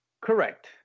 Correct